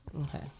okay